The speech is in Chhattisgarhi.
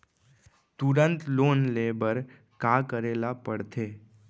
तुरंत लोन ले बर का करे ला पढ़थे?